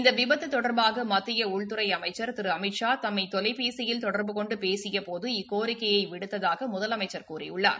இந்த விபத்து தொடர்பாக மத்திய உள்துறை அமைச்சா் திரு அமித்ஷா தம்மை தொலைபேசியில் தொடர்பு கொண்டு பேசியபோது இக்கோரிக்கையை விடுத்ததாக முதலமைச்சர் கூறியுள்ளார்